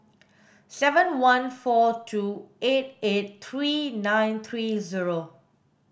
seven one four two eight eight three nine three zero